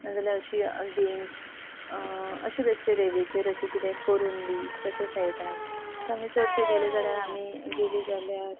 नाजाल्यार अशी गेम्स अशे बेस्ट रेवेचेर अशें कितें करून बी तशें खेळटात सो आमी चडशें गेले जाल्यार आमी गेली जाल्यार